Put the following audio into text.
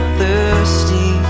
thirsty